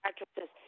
actresses